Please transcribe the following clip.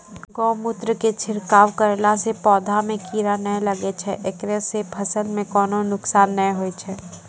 गोमुत्र के छिड़काव करला से पौधा मे कीड़ा नैय लागै छै ऐकरा से फसल मे कोनो नुकसान नैय होय छै?